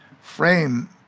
frame